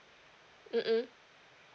mm mm